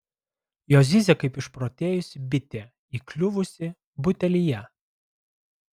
jos zyzia kaip išprotėjusi bitė įkliuvusi butelyje